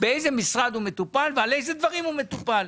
באיזה משרד הוא מטופל ובגין אילו דברים הוא מטופל.